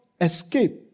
escape